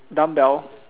dumbbell